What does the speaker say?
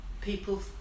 people